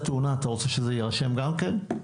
תאונה אתה רוצה שזה יירשם גם בפוליסה?